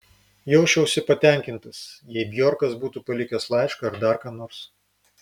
jausčiausi patenkintas jei bjorkas būtų palikęs laišką ar dar ką nors